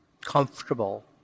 comfortable